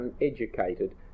uneducated